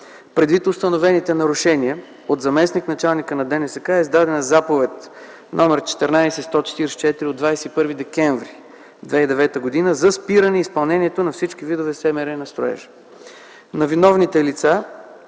Предвид установените нарушения от заместник-началника на ДНСК е издадена заповед № 14 144 от 21 декември 2009 г. за спиране изпълнението на всички видове строително-монтажни